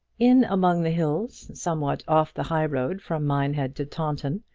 in among the hills, somewhat off the high road from minehead to taunton,